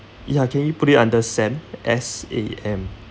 ya can you put it under sam S A M